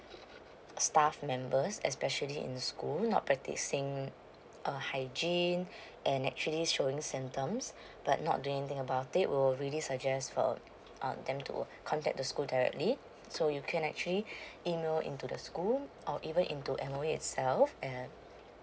staff members especially in school not practicing err hygiene and actually showing symptoms but not doing anything about it will really suggest for um um them to contact the school directly so you can actually email into the school or even into M_O_E itself and